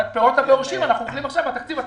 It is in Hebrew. אבל את פירות הבאושים אנחנו אוכלים עכשיו בתקציב.